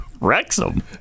Wrexham